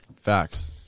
Facts